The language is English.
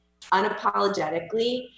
unapologetically